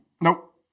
Nope